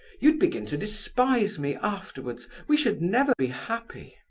you'd begin to despise me afterwards we should never be happy.